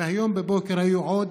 והיום בבוקר היו עוד